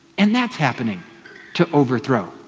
and that's happening to overthrow